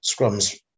Scrums